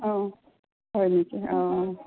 অঁ হয় নেকি অঁ অঁ